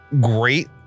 great